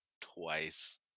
twice